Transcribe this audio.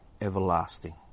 everlasting